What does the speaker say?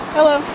Hello